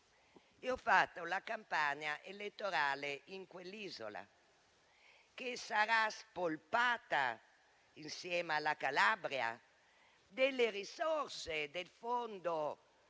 e ho fatto la campagna elettorale in quell'isola, che sarà spolpata, insieme alla Calabria, delle risorse del Fondo per